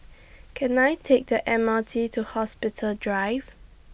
Can I Take The M R T to Hospital Drive